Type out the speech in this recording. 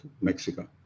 Mexico